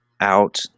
out